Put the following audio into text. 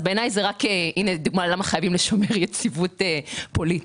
אז בעיניי זו דוגמה למה חייבים לשמר יציבות פוליטית.